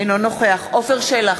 אינו נוכח עפר שלח,